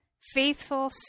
faithful